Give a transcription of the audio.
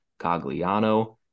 Cagliano